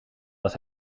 was